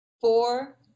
four